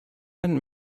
and